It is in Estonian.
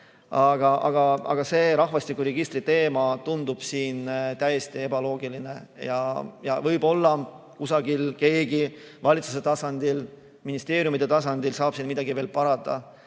Aga see rahvastikuregistri teema tundub siin täiesti ebaloogiline. Võib-olla kusagil keegi valitsuse tasandil, ministeeriumide tasandil saab seal midagi veel parandada.